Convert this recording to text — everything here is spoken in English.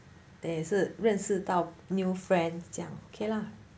对也是认识到 new friend 这样 okay lah